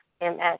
MS